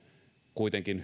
kuitenkin